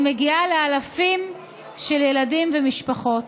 אני מגיעה לאלפים של ילדים ומשפחות.